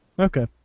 Okay